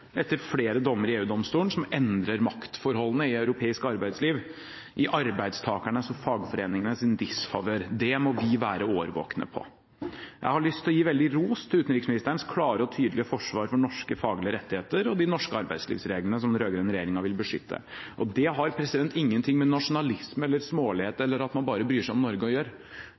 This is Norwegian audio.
etter flere dommer i EU-domstolen som endrer maktforholdene i europeisk arbeidsliv, i arbeidstakernes og fagforeningenes disfavør. Det må vi være årvåkne på. Jeg har lyst til å gi veldig ros til utenriksministerens klare og tydelige forsvar for norske faglige rettigheter, og de norske arbeidslivsreglene som den rød-grønne regjeringen vil beskytte. Det har ingenting med nasjonalisme, smålighet eller at man bare bryr seg om Norge å gjøre